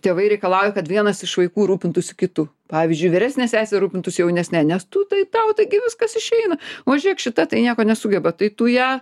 tėvai reikalauja kad vienas iš vaikų rūpintųsi kitu pavyzdžiui vyresnė sesė rūpintųsi jaunesne nes tu tai tau taigi viskas išeina o žiūrėk šita tai nieko nesugeba tai tu ją